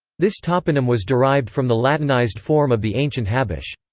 this toponym was derived from the latinized form of the ancient habash.